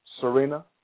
Serena